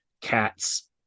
Cats